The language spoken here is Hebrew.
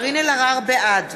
בעד